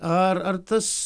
ar ar tas